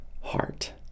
heart